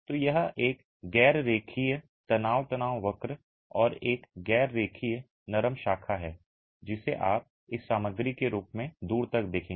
तो यह एक गैर रेखीय तनाव तनाव वक्र और एक गैर रेखीय नरम शाखा है जिसे आप इस सामग्री के रूप में दूर तक देखेंगे